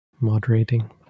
moderating